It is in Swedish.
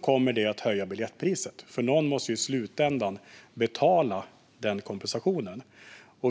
kommer det att höja biljettpriset. Någon måste ju i slutändan betala den kompensationen.